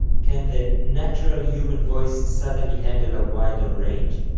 can the natural human voice suddenly handle a wider range?